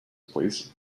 please